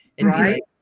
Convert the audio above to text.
Right